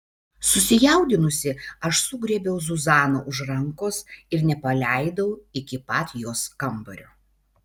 susijaudinusi aš sugriebiau zuzaną už rankos ir nepaleidau iki pat jos kambario